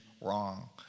wrong